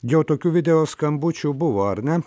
jau tokių video skambučių buvo ar ne